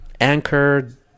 Anchor